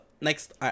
next